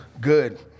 good